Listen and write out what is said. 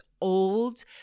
old